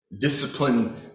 Discipline